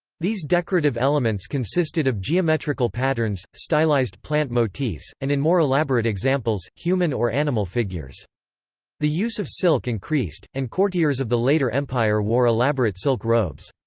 these decorative elements consisted of geometrical patterns, stylized plant motifs, and in more elaborate examples, human or animal figures the use of silk increased, and courtiers of the later empire wore elaborate silk robes.